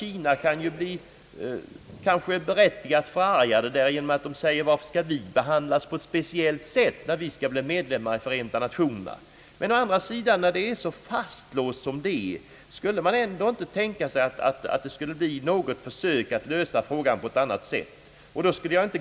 Kina kan ju bli berättigat förargat och säga: Varför skall vi behandlas på ett speciellt sätt, när vi vill bli medlemmar i Förenta Nationerna? Men när läget är så fastlåst borde man ändå kunna tänka sig att det gjordes ett försök att lösa frågan på ett nytt sätt.